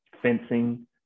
fencing